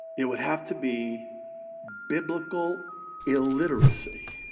it would have to be biblical illiteracy.